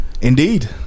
Indeed